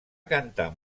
cantar